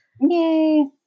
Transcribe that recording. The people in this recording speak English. yay